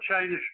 change